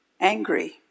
angry